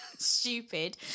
stupid